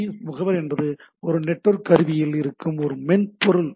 B முகவர் என்பது ஒரு நெட்வொர்க் கருவியில் இயங்கும் ஒரு மென்பொருள்